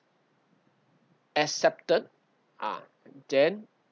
accepted ah then